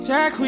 Jack